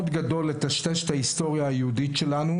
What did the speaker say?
גדול לטשטש את ההיסטוריה היהודית שלנו,